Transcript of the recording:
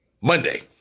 Monday